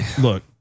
Look